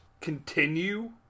continue